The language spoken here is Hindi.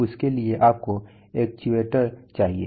तो उसके लिए आपको एक्चुएटर चाहिए